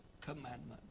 commandment